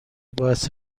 باعث